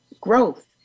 growth